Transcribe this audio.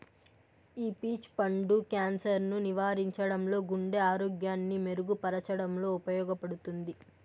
ఈ పీచ్ పండు క్యాన్సర్ ను నివారించడంలో, గుండె ఆరోగ్యాన్ని మెరుగు పరచడంలో ఉపయోగపడుతుంది